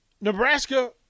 Nebraska